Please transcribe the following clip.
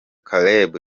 caleb